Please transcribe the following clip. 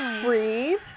Breathe